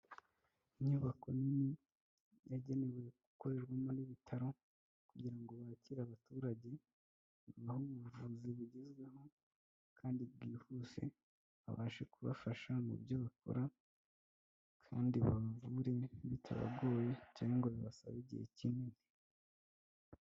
Inyubako nini yagenewe gukorerwamo n'ibitaro kugira ngo bakire abaturageba aho babona buvuzi bugezweho kandi bwihuse, abashe kubafasha mu byo bakora kandi babavureterabwoye cyangwa ngo bibasaba igihe kinini.